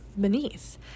beneath